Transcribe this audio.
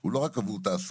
הוא לא רק עבור תעסוקה,